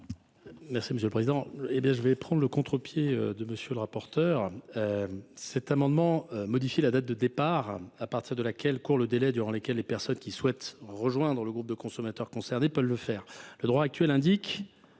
du Gouvernement ? Je vais prendre le contre pied de M. le rapporteur. Cet amendement vise à modifier la date à partir de laquelle court le délai durant lequel les personnes qui souhaitent rejoindre le groupe de consommateurs concernés peuvent le faire. Le droit actuel dispose